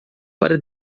para